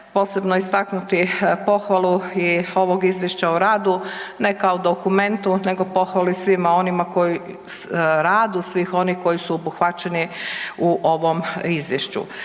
posebno istaknuti pohvalu i ovog izvješća o radu, ne kao dokumentu nego pohvalu i svima onima koji, radu svih onih koji su obuhvaćeni u ovom izvješću.